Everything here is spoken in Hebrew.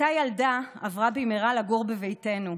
אותה ילדה עברה במהרה לגור בביתנו.